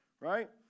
right